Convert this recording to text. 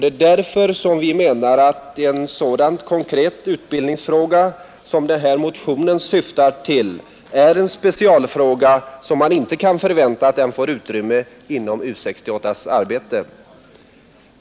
Det är därför vi menar att en så konkret utbildningsfråga som den motionen tar upp är en specialfråga, som man inte kan förvänta ryms inom ramen för U 68:s arbete.